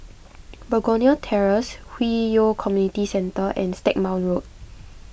Begonia Terrace Hwi Yoh Community Centre and Stagmont Road